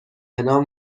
نام